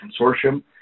consortium